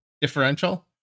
differential